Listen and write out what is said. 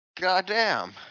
Goddamn